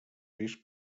risc